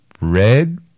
Red